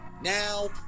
now